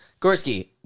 Gorski